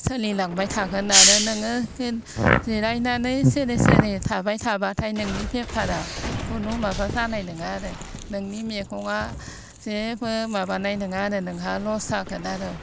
सोलिलांबाय थागोन आरो नोङो जिरायनानै सिरि सिरि थाबाय थाबाथाय नोंनि बेफारा खुनु माबा जानाय नङा आरो नोंनि मैगङा जेबो माबानाय नङा आरो नोंहा लस जागोन आरो